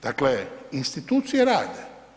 Dakle, institucije rade.